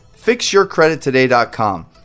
FixYourCreditToday.com